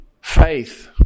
faith